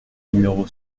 numéro